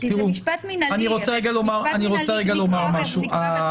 כי זה משפט מינהלי, משפט מינהלי נקבע בחוק.